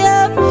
up